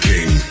King